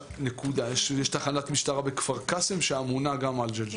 יש תחנת משטרה בכפר קאסם, שאמונה גם על ג'לג'וליה.